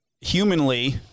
Humanly